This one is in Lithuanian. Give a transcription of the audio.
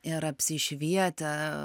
ir apsišvietę